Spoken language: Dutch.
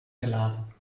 gelaten